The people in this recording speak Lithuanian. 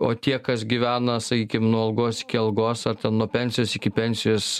o tie kas gyvena sakykim nuo algos iki algos ar nuo pensijos iki pensijos